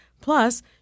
Plus